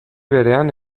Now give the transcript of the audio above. berean